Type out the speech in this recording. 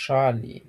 šalį